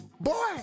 Boy